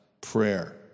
prayer